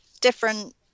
different